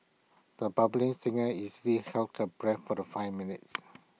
the budding singer easily held her breath for the five minutes